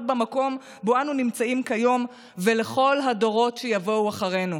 במקום שבו אנו נמצאים כיום ולכל הדורות שיבואו אחרינו.